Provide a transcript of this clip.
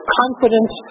confidence